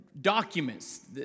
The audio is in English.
documents